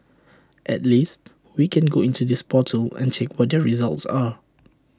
at least we can go into this portal and check what their results are